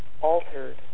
altered